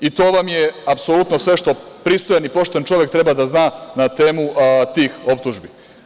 I to vam je apsolutno sve što pristojan i pošten čovek treba da zna na temu tih optužbi.